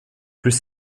plus